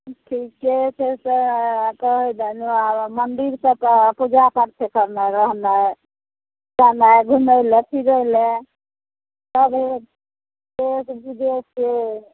ठिके छै कहै दुआ मन्दिर सब पूजा पाठ करनाइ रहनाइ जेनाइ घुमैलए फिरैलए देश विदेशके